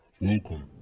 Welcome